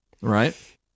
Right